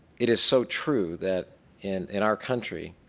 it is so true that in in our country,